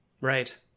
right